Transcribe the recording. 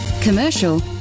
commercial